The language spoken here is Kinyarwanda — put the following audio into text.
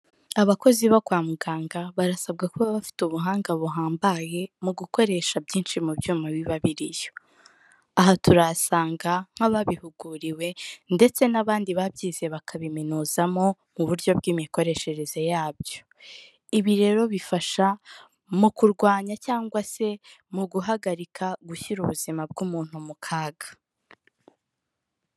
Abakozi bo kwa muganga, barasabwa kuba bafite ubuhanga buhambaye mu gukoresha byinshi mu byuma biba biriyo. Aha turasanga nk'ababihuguriwe ndetse n'abandi babyize bakabiminuzamo mu buryo bw'imikoreshereze yabyo. Ibi rero bifasha mu kurwanya cyangwa se mu guhagarika gushyira ubuzima bw'umuntu mu kaga.